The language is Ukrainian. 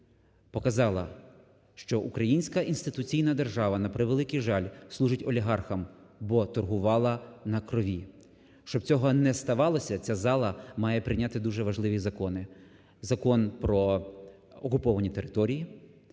показала, що українська інституційна держава на превеликий жаль, служить олігархам, бо торгувала на крові. Щоб цього не ставалося, ця зала має прийняти дуже важливі закони: Закон про окуповані території,